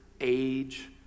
age